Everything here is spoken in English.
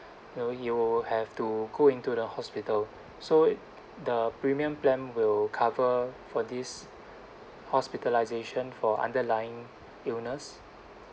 know he will have to go into the hospital so the premium plan will cover for this hospitalisation for underlying illness